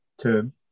term